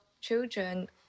children